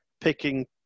picking